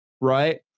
right